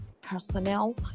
personnel